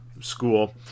school